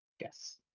Yes